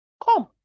Come